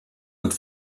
und